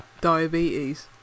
diabetes